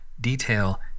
detail